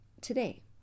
today